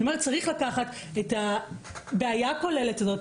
אני אומרת, צריך לקחת את הבעיה הכוללת הזאת.